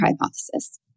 hypothesis